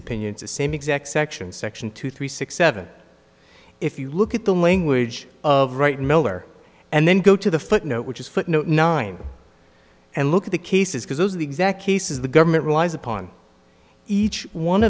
opinion the same exact section section two three six seven if you look at the language of right miller and then go to the footnote which is footnote nine and look at the cases because those are the exact cases the government relies upon each one